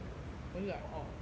我就 like orh